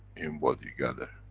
in what you gather,